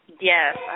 Yes